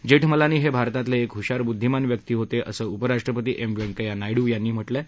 जेठमलानी हे भारतातले एक हुशार बुद्वीमान व्यक्ती होते असं उपराष्ट्रपतीएम व्यंकय्या नायडू यांनी म्हटलं आहे